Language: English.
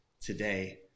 today